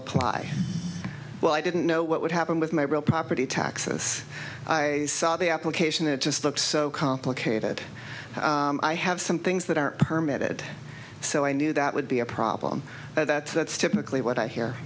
apply well i didn't know what would happen with my real property taxes i saw the application it just looks so complicated i have some things that are permit it so i knew that would be a problem that's that's typically what i hear